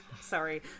Sorry